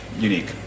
unique